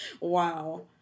Wow